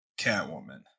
Catwoman